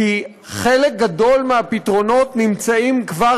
כי חלק גדול מהפתרונות נמצאים כבר